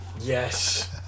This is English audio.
yes